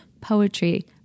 Poetry